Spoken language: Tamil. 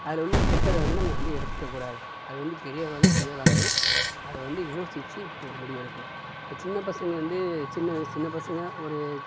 அதில் உள்ள கெட்டதை வந்து நம்ம வந்து எடுத்துக்க கூடாது அது வந்து பெரியவங்களாக இருந்தாலும் சிறியவங்களாக இருந்தாலும் அதை வந்து யோசிச்சு இப்போ ஒரு முடிவு எடுக்கணும் இப்போ சின்ன பசங்க வந்து சின்ன வயசு சின்ன பசங்க ஒரு